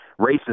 racist